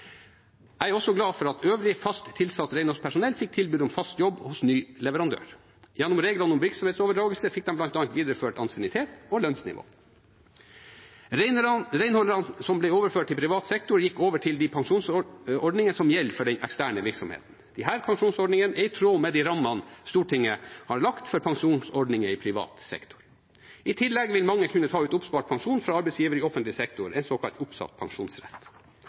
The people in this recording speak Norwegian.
Jeg er også glad for at øvrig fast tilsatt renholdspersonell fikk tilbud om fast jobb hos ny leverandør. Gjennom reglene om virksomhetsoverdragelse fikk de bl.a. videreført ansiennitet og lønnsnivå. Renholderne som ble overført til privat sektor, gikk over til de pensjonsordningene som gjelder for den eksterne virksomheten. Disse pensjonsordningene er i tråd med de rammene Stortinget har lagt for pensjonsordninger i privat sektor. I tillegg vil mange kunne ta ut oppspart pensjon fra arbeidsgiveren i offentlig sektor, en såkalt oppsatt pensjonsrett.